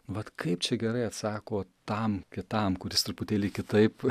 vat kaip čia gerai atsako tam kitam kuris truputėlį kitaip